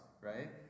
right